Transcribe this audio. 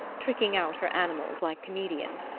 tricking out her animals like comedians,